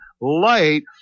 light